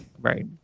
Right